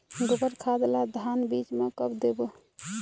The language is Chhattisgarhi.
गोबर खाद ला धान बीज म कब देबो?